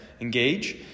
Engage